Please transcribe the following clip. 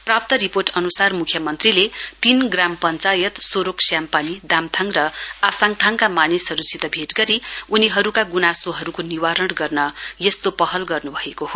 प्राप्त रिर्पोट अन्सार म्ख्यमन्त्रीले तीन ग्राम पञ्चायत सोरोक श्यामपानी दाम्थाङ र आशाङथाङका मानिसहरूसित भेट गरी उनीहरूका ग्नासोहरूको निवारण गर्न यस्तो पहल गर्न्भएको हो